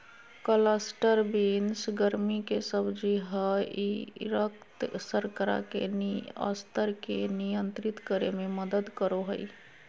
cluster beans गर्मि के सब्जी हइ ई रक्त शर्करा के स्तर के नियंत्रित करे में मदद करो हइ